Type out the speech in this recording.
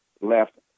left